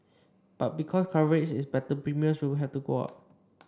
but because coverage is better premiums will have to go up